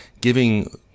giving